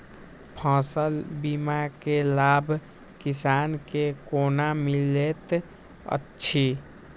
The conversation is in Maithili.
फसल बीमा के लाभ किसान के कोना मिलेत अछि?